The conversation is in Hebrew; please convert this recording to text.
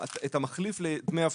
את המחליף לדמי אבטלה.